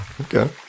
Okay